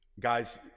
Guys